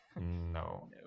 no